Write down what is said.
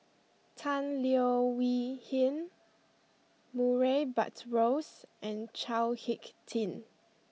Tan Leo Wee Hin Murray Buttrose and Chao Hick Tin